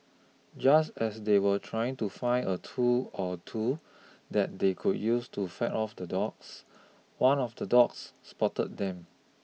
just as they were trying to find a tool or two that they could use to fend off the dogs one of the dogs spotted them